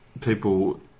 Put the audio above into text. people